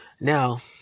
Now